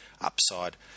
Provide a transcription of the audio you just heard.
upside